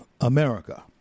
America